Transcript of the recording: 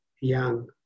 young